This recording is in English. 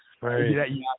right